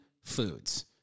foods